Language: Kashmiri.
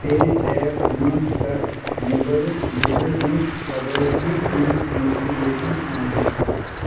پے زیپ منٛز کَرموبایِل بِلہِ ہٕنٛز ادٲیگی ہٕنٛز نوٹِفِکیشن آن